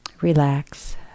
relax